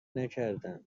نکردم